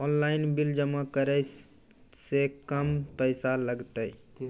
Online bill जमा करै से कम पैसा लागतै?